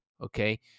okay